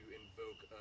invoke